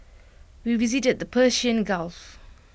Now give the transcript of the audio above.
we visited the Persian gulf